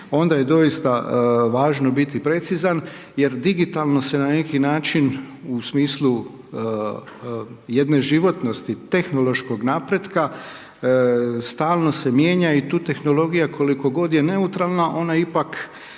onda je doista važno biti precizan, jer digitalno se na neki način, u smislu jedne životnosti, tehnološkog napretka, stalno se mijenja i tu tehnologija koliko god je neutralna, ona ipak